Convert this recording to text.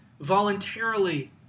Voluntarily